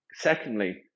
secondly